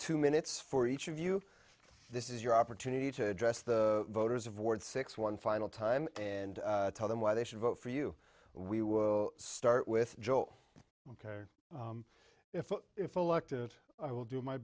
two minutes for each of you this is your opportunity to address the voters of ward six one final time and tell them why they should vote for you we will start with joe ok if if elected i will do my